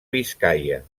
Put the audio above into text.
biscaia